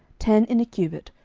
ten in a cubit,